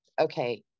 okay